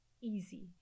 easy